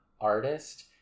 artist